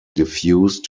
diffuse